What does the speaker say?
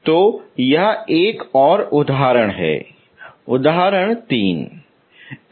तो यह एक और उदाहरण है उदाहरण 3